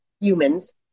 humans